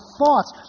thoughts